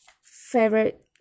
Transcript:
favorite